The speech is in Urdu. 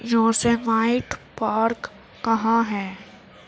یوسیمائٹ پارک کہاں ہے